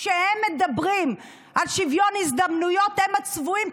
כשהם מדברים על שוויון הזדמנויות הם הצבועים,